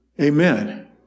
Amen